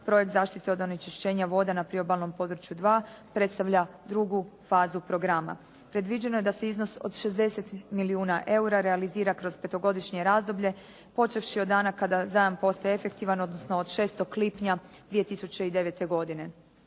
projekt zaštite od onečišćenja voda na priobalnom području 2 predstavlja drugu fazu programa. Predviđeno je da se iznos od 60 milijuna eura realizira kroz petogodišnje razdoblje počevši od dana kada zajam postaje efektivan, odnosno od 6 lipnja 2009. godine.